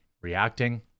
reacting